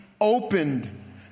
opened